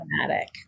automatic